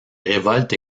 révoltes